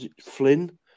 Flynn